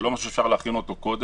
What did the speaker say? זה לא משהו שאפשר להכין אותו קודם,